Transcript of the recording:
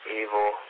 evil